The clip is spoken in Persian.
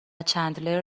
چندلر